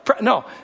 no